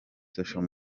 social